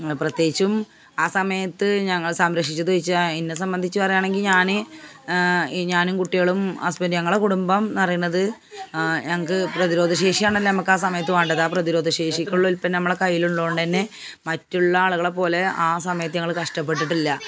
പ്രത്യേകിച്ചും ആ സമയത്തു ഞങ്ങൾ സംരക്ഷിച്ചതു വെച്ചാൽ എന്നെ സംബന്ധിച്ച് പറയുകയാണെങ്കിൽ ഞാൻ ഞാനും കുട്ടികളും ഹസ്ബൻറ്റും ഞങ്ങളുടെ കുടുംബം എന്നു പറയണത് ഞങ്ങൾക്ക് പ്രധിരോധ ശേഷിയാണല്ലൊ നമുക്കാ സമയത്ത് വേണ്ടത് ആ പ്രധിരോധ ശേഷിക്കുള്ള ഉത്പന്നം നമ്മുടെ കൈയിലുള്ളതു കൊണ്ടു തന്നെ മറ്റുള്ള ആളുകളെപ്പോലെ ആ സമയത്തു ഞങ്ങൾ കഷ്ടപ്പെട്ടിട്ടില്ല